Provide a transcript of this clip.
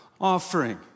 offering